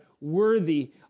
worthy